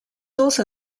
also